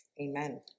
Amen